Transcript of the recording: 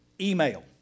Email